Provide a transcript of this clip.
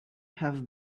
have